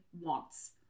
wants